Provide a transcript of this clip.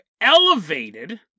elevated